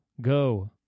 Go